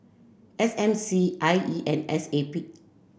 S M C I E and S A P